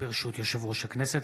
ברשות יושב-ראש הכנסת,